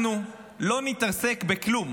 אנחנו לא נתעסק בכלום,